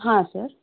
ಹಾಂ ಸರ್